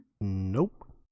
Nope